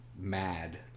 mad